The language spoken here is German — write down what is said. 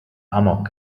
amok